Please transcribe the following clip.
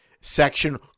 section